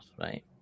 right